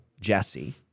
Jesse